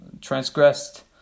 transgressed